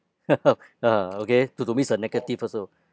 ah okay to to me is a negative also